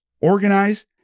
organize